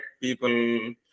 people